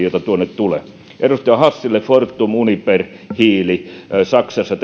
joita tuonne tulee edustaja hassille fortum uniper hiili saksassa